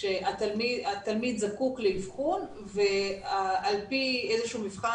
שהתלמיד זקוק לאבחון ועל פי איזה שהוא מבחן